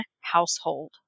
household